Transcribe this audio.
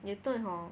牛顿 hor